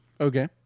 Okay